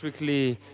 strictly